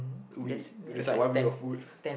cool it that's what I want with your food